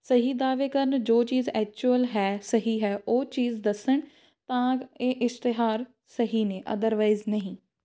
ਸਹੀ ਦਾਅਵੇ ਕਰਨ ਜੋ ਚੀਜ਼ ਐਚੁਅਲ ਹੈ ਸਹੀ ਹੈ ਉਹ ਚੀਜ਼ ਦੱਸਣ ਤਾਂ ਇਹ ਇਸ਼ਤਿਹਾਰ ਸਹੀ ਨੇ ਅਦਰਵਾਈਜ਼ ਨਹੀਂ